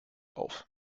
auf